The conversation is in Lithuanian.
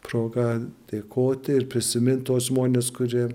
proga dėkoti ir prisimint tuos žmones kurie